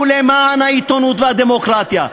הוא למען העיתונות והדמוקרטיה.